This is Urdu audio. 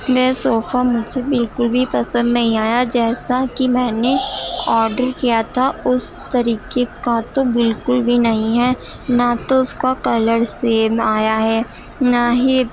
وہ صوفہ مجھے بالکل بھی پسند نہیں آیا جیسا کہ میں نے آڈر کیا تھا اس طریقے کا تو بالکل بھی نہیں ہے نہ تو اس کا کلر سیم آیا ہے نہ ہی